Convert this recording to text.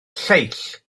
lleill